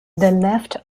left